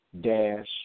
dash